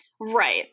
Right